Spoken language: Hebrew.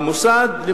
המוסד,